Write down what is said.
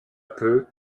peu